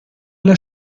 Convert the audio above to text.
alla